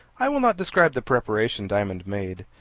i will not describe the preparations diamond made.